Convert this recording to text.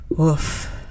oof